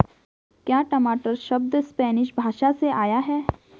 क्या टमाटर शब्द स्पैनिश भाषा से आया है?